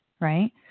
right